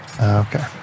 okay